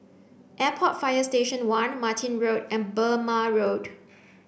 Airport Fire Station One Martin Road and Burmah Road